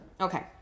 Okay